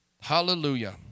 Hallelujah